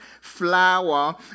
flower